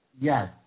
Yes